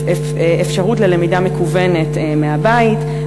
אפשרות ללמידה מקוונת מהבית,